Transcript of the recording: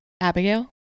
Abigail